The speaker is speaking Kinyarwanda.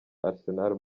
arsenal